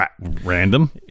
Random